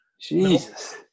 Jesus